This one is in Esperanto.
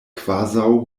kvazaŭ